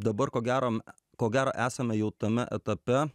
dabar ko gero ko gero esame jau tame etape